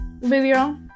video